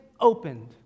opened